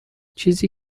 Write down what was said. چیزی